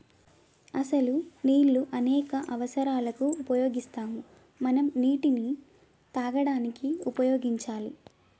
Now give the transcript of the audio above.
అసలు నీళ్ళు అనేక అవసరాలకు ఉపయోగిస్తాము మనం నీటిని తాగడానికి ఉపయోగించాలి